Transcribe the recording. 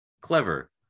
clever